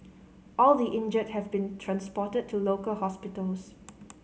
all the injured have been transported to local hospitals